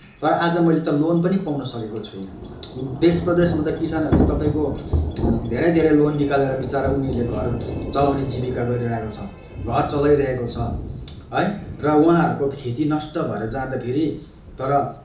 तर आज मैले त लोन पनि पाउनसकेको छैन देशप्रदेशमा त किसानहरूले तपाईँको धेरै धेरै लोन निकालेर विचरा उनीहरूले घर चलाउने जीविका गरिरहेको छ घर चलाइरहेको छ है र उहाँहरूको खेती नष्ट भएर जाँदाखेरि तर